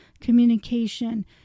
communication